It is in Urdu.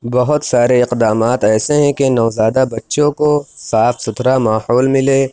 بہت سارے اقدامات ایسے ہیں کہ نوزادہ بچوں کو صاف ستھرا ماحول ملے